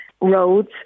roads